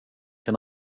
kan